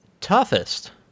Toughest